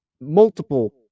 multiple